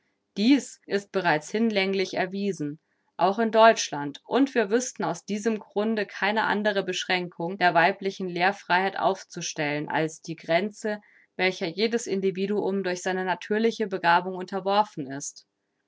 dies ist bereits hinlänglich erwiesen auch in deutschland und wir wüßten aus diesem grunde keine andre beschränkung der weiblichen lehrfreiheit aufzustellen als die gränze welcher jedes individuum durch seine natürliche begabung unterworfen ist